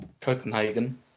Copenhagen